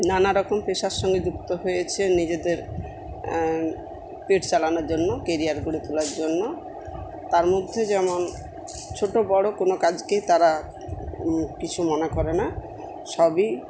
নানারকম পেশার সঙ্গে যুক্ত হয়েছে নিজেদের পেট চালানোর জন্য কেরিয়ার গড়ে তোলার জন্য তার মধ্যে যেমন ছোটো বড়ো কোনো কাজকেই তারা কিছু মনে করে না সবই